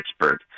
Pittsburgh